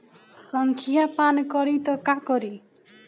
संखिया पान करी त का करी?